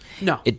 No